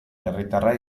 herritarra